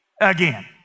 again